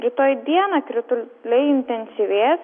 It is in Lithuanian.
rytoj dieną krituliai intensyvės